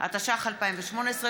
אין מתנגדים, אין נמנעים.